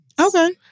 Okay